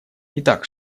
итак